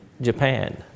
Japan